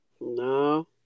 No